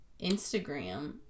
Instagram